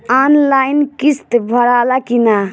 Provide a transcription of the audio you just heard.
Online किस्त भराला कि ना?